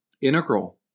integral